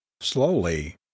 Slowly